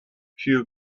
few